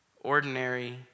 ordinary